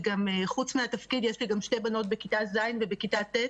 חוץ מהתפקיד יש לי גם שתי בנות בכיתה ז' ובכיתה ט',